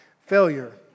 failure